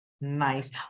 Nice